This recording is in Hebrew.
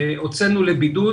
הוצאנו לבידוד,